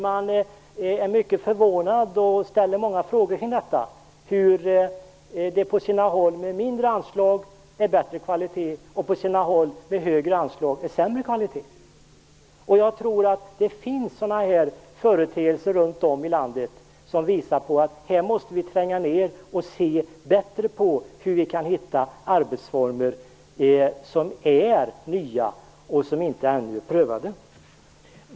Man är mycket förvånad och ställer många frågor om hur det på sina håll med mindre anslag är bättre kvalitet och på sina håll med högre anslag är sämre kvalitet. Jag tror att det finns sådana här företeelser runt om i landet. De visar att vi måste tränga ned och se bättre efter hur vi kan hitta arbetsformer som är nya och som inte ännu är prövade.